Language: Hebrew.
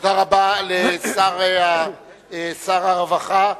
תודה רבה לשר הרווחה.